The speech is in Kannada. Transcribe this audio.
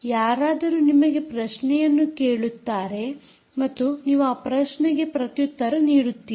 ಯಾರಾದರೂ ನಿಮಗೆ ಪ್ರಶ್ನೆಯನ್ನು ಕೇಳುತ್ತಾರೆ ಮತ್ತು ನೀವು ಆ ಪ್ರಶ್ನೆಗೆ ಪ್ರತ್ಯುತ್ತರ ನೀಡುತ್ತೀರಿ